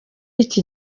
iki